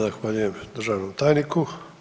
Zahvaljujem državnom tajniku.